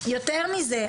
יותר מזה,